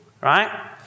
right